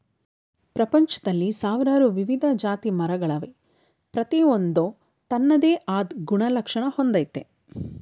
ಪ್ರಪಂಚ್ದಲ್ಲಿ ಸಾವ್ರಾರು ವಿವಿಧ ಜಾತಿಮರಗಳವೆ ಪ್ರತಿಯೊಂದೂ ತನ್ನದೇ ಆದ್ ಗುಣಲಕ್ಷಣ ಹೊಂದಯ್ತೆ